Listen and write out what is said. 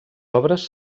obres